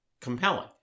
compelling